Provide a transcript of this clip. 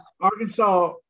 Arkansas